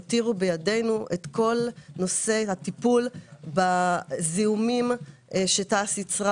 הותירו בידינו את כל נושא הטיפול בזיהומים שתע"ש ייצרה